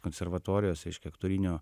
konservatorijos reiškia aktorinio